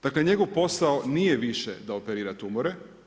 Dakle, njegov posao nije više da operira tumore.